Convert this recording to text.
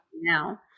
now